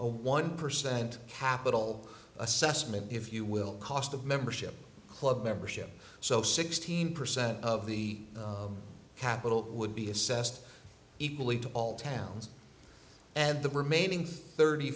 a one percent capital assessment if you will cost of membership club membership so sixteen percent of the capital would be assessed equally to all towns and the remaining thirty